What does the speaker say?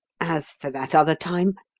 as for that other time.